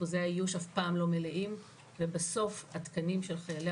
אחוזי האיוש אף פעם לא מלאים ובסוף התקנים של חיילי